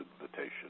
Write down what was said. invitation